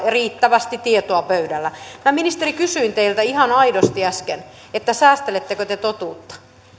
riittävästi tietoa pöydällä minä ministeri kysyin teiltä ihan aidosti äsken säästelettekö te totuutta